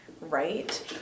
right